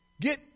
get